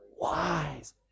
Wise